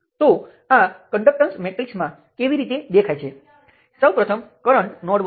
જ્યારે આ મેશ નથી કારણ કે આ લૂપની અંદર તમારી પાસે બીજો લૂપ છે તેથી તે મેશ નથી